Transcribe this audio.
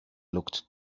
looked